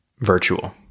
Virtual